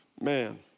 Man